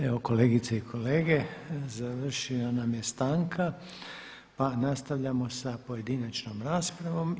Evo kolegice i kolege završila nam je stanka, pa nastavljamo sa pojedinačnom raspravom.